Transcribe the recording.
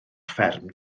fferm